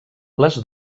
les